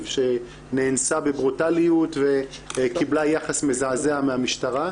שנאנסה בברוטליות וקיבלה יחס מזעזע מהמשטרה.